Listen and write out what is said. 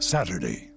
Saturday